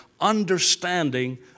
understanding